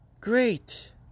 Great